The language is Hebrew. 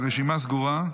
הרשימה סגורה.